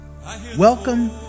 Welcome